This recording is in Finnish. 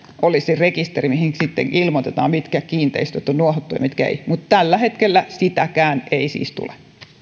olisi rekisteri mihin sitten ilmoitetaan mitkä kiinteistöt on nuohottu ja mitkä eivät ole mutta tällä hetkellä sitäkään ei siis tule